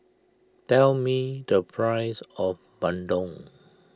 tell me the price of Bandung